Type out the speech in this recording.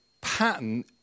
pattern